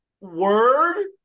Word